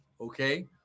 Okay